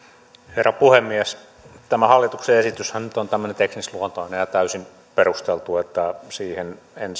herra puhemies tämä hallituksen esityshän nyt on tämmöinen teknisluontoinen ja täysin perusteltu niin että siihen en